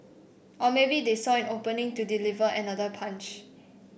or maybe they saw an opening to deliver another punch